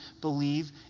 believe